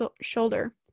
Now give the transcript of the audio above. shoulder